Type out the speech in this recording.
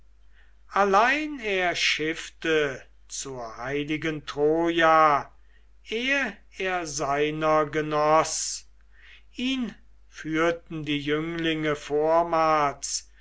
allein er schiffte zur heiligen troja ehe er seiner genoß ihn führten die jünglinge vormals